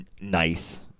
nice